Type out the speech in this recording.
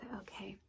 okay